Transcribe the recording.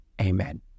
Amen